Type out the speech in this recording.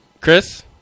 Chris